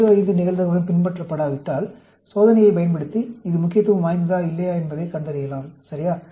05 இன் நிகழ்தகவுடன் பின்பற்றப்படாவிட்டால் சோதனையைப் பயன்படுத்தி இது முக்கியத்துவம் வாய்ந்ததா இல்லையா என்பதைக் கண்டறியலாம் சரியா